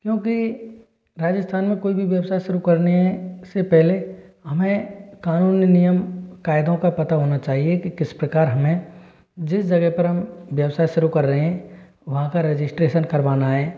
क्योंकि राजस्थान में कोई भी व्यवसाय शुरू करने से पहले हमें कानून नियम कायदों का पता होना चाहिए कि किस प्रकार हमें जिस जगह पर हम व्यवसाय शुरू कर रहे हैं वहाँ का रजिस्ट्रेशन करवाना है